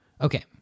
Okay